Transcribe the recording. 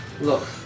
Look